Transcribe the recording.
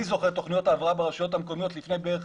אני זוכר תוכניות הבראה ברשויות המקומיות לפני בערך